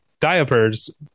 Diapers